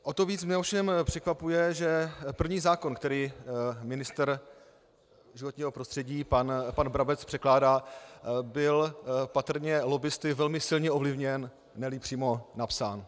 O to víc mě ovšem překvapuje, že první zákon, který ministr životního prostředí pan Brabec předkládá, byl patrně lobbisty velmi silně ovlivněn, neli přímo napsán.